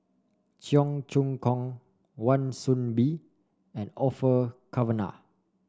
Cheong Choong Kong Wan Soon Bee and Orfeur Cavenagh